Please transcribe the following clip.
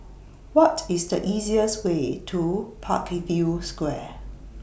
What IS The easiest Way to Parkview Square